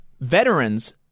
veterans